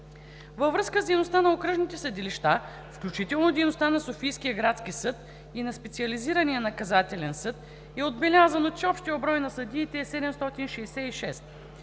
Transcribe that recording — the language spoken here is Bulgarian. Във връзка с дейността на окръжните съдилища, включително дейността на Софийския градски съд и на Специализирания наказателен съд, е отбелязано, че общият брой на съдиите е 766.